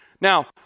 Now